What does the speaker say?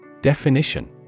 Definition